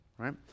right